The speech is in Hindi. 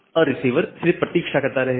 और रिसीवर सिर्फ प्रतीक्षा करता रहेगा